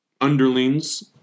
underlings